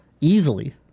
easily